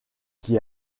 qui